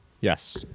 Yes